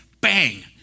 bang